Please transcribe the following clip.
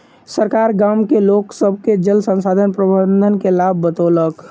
सरकार गाम के लोक सभ के जल संसाधन प्रबंधन के लाभ बतौलक